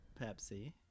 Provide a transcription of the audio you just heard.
Pepsi